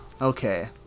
okay